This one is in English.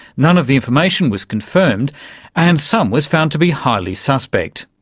none of the information was confirmed and some was found to be highly suspect.